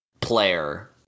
player